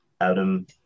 Adam